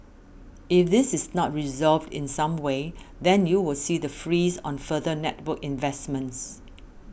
if this is not resolved in some way then you will see the freeze on further network investments